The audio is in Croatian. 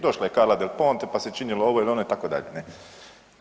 Došla je Karla del Ponte pa se činilo ovo ili ono itd., ne.